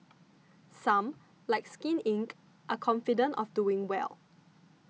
some like Skin Inc are confident of doing well